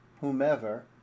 whomever